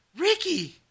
Ricky